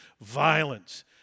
violence